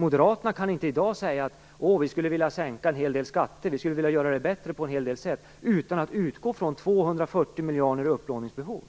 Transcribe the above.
Moderaterna kan inte i dag säga och de skulle vilja sänka en hel del skatter, göra det bättre på en hel del områden utan att utgå från 240 miljarders upplåningsbehov,